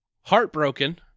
Heartbroken